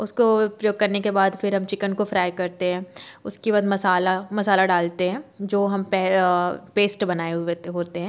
उसको प्रयोग करने के बाद फिर हम चिकन काे फ्राय करते हैं उसके बाद मसाला मसाला डालते हैं जो हम पेस्ट बनाए होते हैं